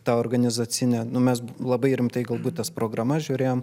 ta organizacinė nu mes labai rimtai galbūt tas programas žiūrėjom